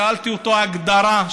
שאלתי אותו על הגדרה,